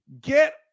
Get